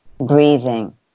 breathing